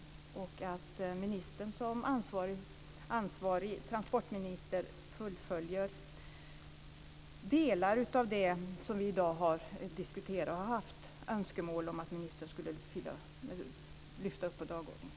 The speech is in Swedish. Jag hoppas att ministern som ansvarig transportminister fullföljer delar av det som vi i dag har diskuterat och önskat att ministern skulle lyfta upp på dagordningen.